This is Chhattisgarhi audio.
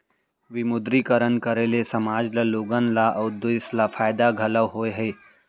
विमुद्रीकरन करे ले समाज ल लोगन ल अउ देस ल फायदा घलौ होय हे